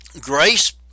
grace